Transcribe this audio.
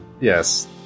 Yes